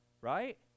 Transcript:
Right